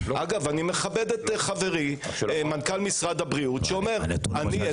אגב אני מכבד את חברי מנכ"ל משרד הבריאות- -- 8